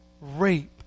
rape